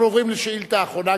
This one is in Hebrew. אנחנו עוברים לשאילתא האחרונה,